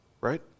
right